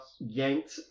yanked